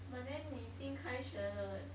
but then 你已经开学了 eh